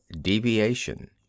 deviation